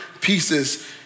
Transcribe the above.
pieces